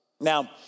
Now